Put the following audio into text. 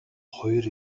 хоёр